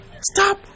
stop